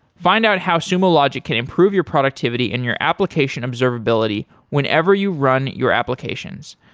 find out how sumo logic can improve your productivity and your application observability whenever you run your applications.